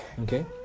okay